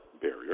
barrier